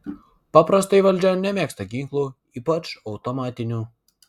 paprastai valdžia nemėgsta ginklų ypač automatinių